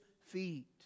feet